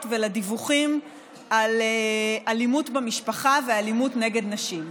ולדיווחים על אלימות במשפחה ועל אלימות נגד נשים.